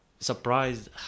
surprised